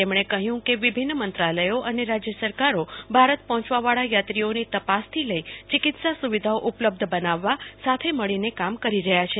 તેમણે કહ્યું કે વિભિન્ન મંત્રાલયો અને રાજ્ય સરકારો ભારત પહોંચવાવાળા યાત્રીઓની તપાસથી લઈ ચિકિત્સા સુવિધાઓ ઉપલબ્ધ બનાવવા સાથે મળીને કામ કરી રહ્યા છે